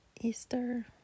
Easter